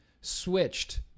switched